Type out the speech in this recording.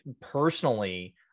personally